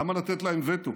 למה לתת להם וטו,